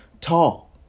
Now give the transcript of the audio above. tall